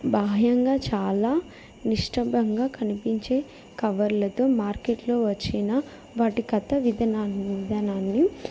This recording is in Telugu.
బాహ్యంగా చాలా నిష్టభంగా కనిపించే కవర్లతో మార్కెట్లో వచ్చిన వాటి కథ విధనా విధానాన్ని